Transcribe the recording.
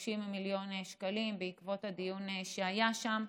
ב-30 מיליון שקלים בעקבות הדיון שהיה שם.